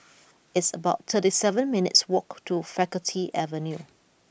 it's about thirty seven minutes' walk to Faculty Avenue